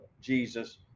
Jesus